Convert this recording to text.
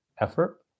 effort